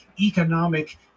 economic